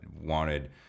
wanted